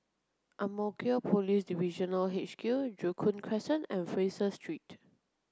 Ang Mo Kio Police Divisional H Q Joo Koon Crescent and Fraser Street